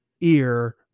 ear